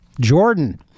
Jordan